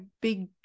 big